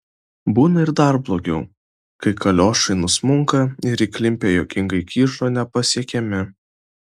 būna ir dar blogiau kai kaliošai nusmunka ir įklimpę juokingai kyšo nepasiekiami